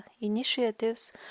initiatives